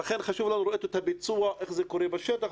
לכן חשוב לנו לראות איך הביצוע קורה בשטח.